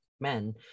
men